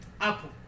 Apple